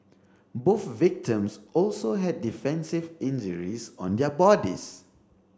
both victims also had defensive injuries on their bodies